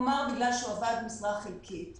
נגיד בגלל שהוא עבד במשרה חלקית,